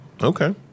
Okay